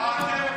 תן לה.